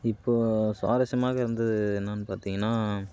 இப்போது சுவாரஸ்யமாக இருந்தது என்னென்னு பார்த்தீங்கன்னா